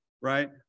right